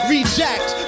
Reject